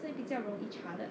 所以比较容易查的